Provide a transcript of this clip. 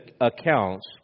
accounts